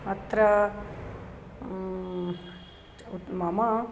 अत्र मम